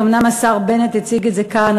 אומנם השר בנט הציג את זה כאן,